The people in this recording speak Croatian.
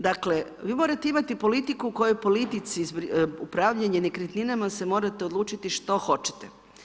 Dakle, vi morate imati politiku koja politici upravljanja nekretninama se morate odlučiti što hoćete.